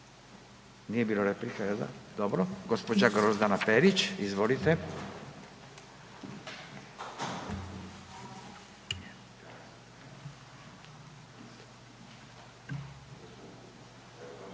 Nije bilo replike jel da? Dobro. Gđa. Grozdana Perić, izvolite.